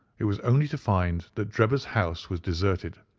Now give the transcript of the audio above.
it was only to find that drebber's house was deserted,